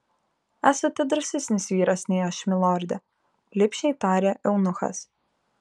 esate drąsesnis vyras nei aš milorde lipšniai tarė eunuchas